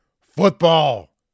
football